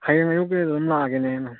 ꯍꯌꯦꯡ ꯑꯌꯨꯛꯇꯒꯤ ꯑꯗꯨꯝ ꯂꯥꯛꯑꯒꯦꯅꯦ